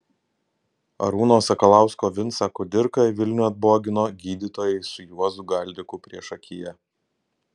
arūno sakalausko vincą kudirką į vilnių atbogino gydytojai su juozu galdiku priešakyje